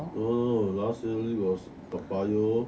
no no no the last league was toa payoh